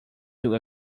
too